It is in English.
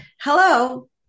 Hello